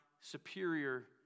superior